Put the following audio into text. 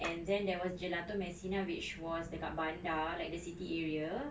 and then there was gelato messina which was dekat bandar like the city area